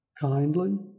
kindly